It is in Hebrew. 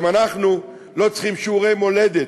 גם אנחנו לא צריכים שיעורי מולדת.